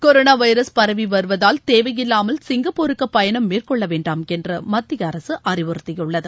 corona virus பரவி வருவதால் தேவையில்லாமல் சிங்கப்பூருக்கு பயணம் மேற்கொள்ள வேண்டாம் என்று மத்திய அரசு அறிவுறுத்தியுள்ளது